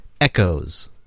Echoes